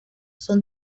son